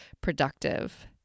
productive